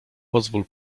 pozwól